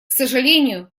сожалению